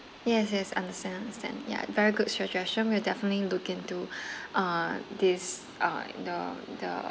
yes yes understand understand yeah very good suggestion we'll definitely look into uh this uh the the